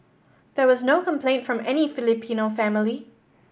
there was no complaint from any Filipino family